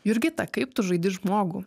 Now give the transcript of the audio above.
jurgita kaip tu žaidi žmogų